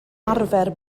arfer